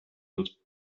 wird